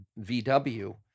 VW